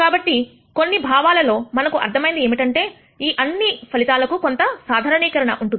కాబట్టి కొన్ని భావాలలో మనకు అర్థమైంది ఏమిటంటే ఈ అన్ని ఫలితాలకు కొంత సాధారణీకరణ ఉంటుంది